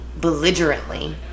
belligerently